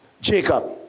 Jacob